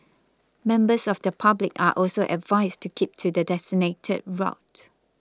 members of the public are also advised to keep to the designated route